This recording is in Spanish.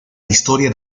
historia